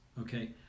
okay